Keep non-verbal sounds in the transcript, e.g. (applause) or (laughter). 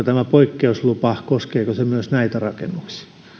(unintelligible) tämä poikkeuslupa myös näitä rakennuksia